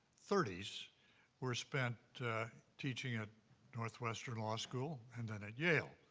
thirty s were spent teaching at northwestern law school and then at yale.